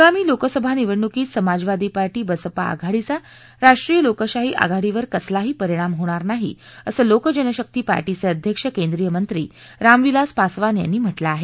आगामी लोकसभा निवडणुकीत समाजवादी पार्टी बसपा आघाडीचा राष्ट्रीय लोकशाही आघाडीवर कसलाही परिणाम होणार नाही असं लोकजनशक्ती पार्टीचे अध्यक्ष केंद्रिय मंत्री रामविलास पासवान यांनी म्हटलं आहे